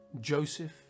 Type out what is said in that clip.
Joseph